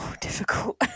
difficult